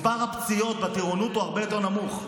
מספר הפציעות בטירונות הוא הרבה יותר נמוך.